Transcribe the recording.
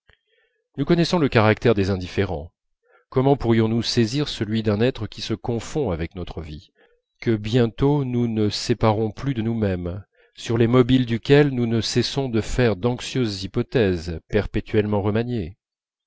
nous connaissons le caractère des indifférents comment pourrions-nous saisir celui d'un être qui se confond avec notre vie que bientôt nous ne séparerons plus de nous-même sur les mobiles duquel nous ne cessons de faire d'anxieuses hypothèses perpétuellement remaniées